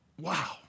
Wow